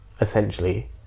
essentially